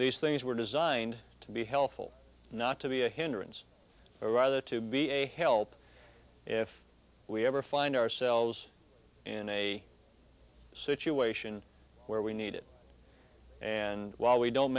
these things were designed to be helpful not to be a hindrance or rather to be a help if we ever find ourselves in a situation where we need it and while we don't